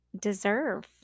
deserve